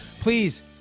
Please